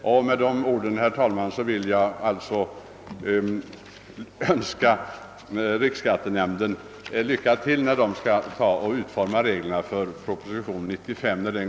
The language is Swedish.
— Jag ber därför att få önska riksskattenämnden lycka till när den skall räkna fram vettiga anvisningar i anledning av proposition nr 95.